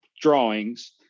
Drawings